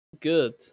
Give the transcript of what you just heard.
good